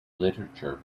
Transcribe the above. literature